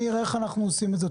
שניר, איך אנחנו עושים את זה?